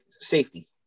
safety